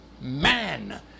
man